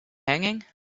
hanging